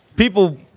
People